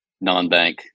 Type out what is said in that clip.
non-bank